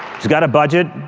she's got a budget,